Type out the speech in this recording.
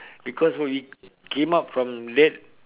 because when we came out from that